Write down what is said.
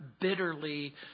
bitterly